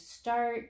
start